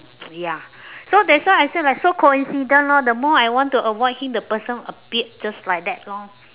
ya so that's why I say like so coincidence lor the more I want to avoid him the person appeared just like that lor